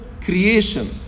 creation